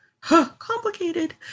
complicated